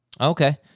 Okay